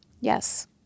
Yes